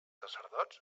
sacerdots